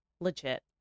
legit